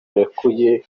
arekuye